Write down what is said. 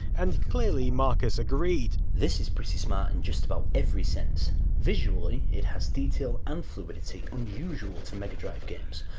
and clearly marcus agreed. this is pretty smart in just about every sense. visually, it has a detail and fluidity unusual to mega drive games,